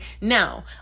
Now